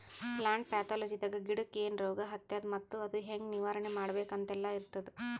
plant ಪ್ಯಾಥೊಲಜಿದಾಗ ಗಿಡಕ್ಕ್ ಏನ್ ರೋಗ್ ಹತ್ಯಾದ ಮತ್ತ್ ಅದು ಹೆಂಗ್ ನಿವಾರಣೆ ಮಾಡ್ಬೇಕ್ ಅಂತೆಲ್ಲಾ ಇರ್ತದ್